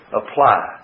apply